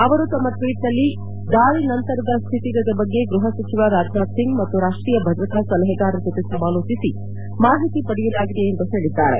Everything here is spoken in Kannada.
ಅವರು ತಮ್ಮ ಟ್ವೀಟ್ನಲ್ಲಿ ದಾಳಿ ನಂತರದ ಸ್ಥಿತಿಗತಿ ಬಗ್ಗೆ ಗೃಹ ಸಚಿವ ರಾಜ್ನಾಥ್ ಸಿಂಗ್ ಮತ್ತು ರಾಷ್ಟೀಯ ಭದ್ರತಾ ಸಲಹೆಗಾರರ ಜೊತೆ ಸಮಾಲೋಚಿಸಿ ಮಾಹಿತಿ ಪಡೆಯಲಾಗಿದೆ ಎಂದು ಹೇಳಿದ್ದಾರೆ